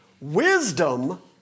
Wisdom